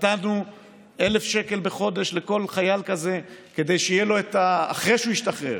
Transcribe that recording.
נתנו 1,000 שקל בחודש לכל חייל כזה אחרי שהוא השתחרר,